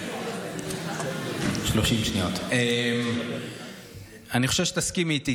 אני חושב שתסכימי איתי,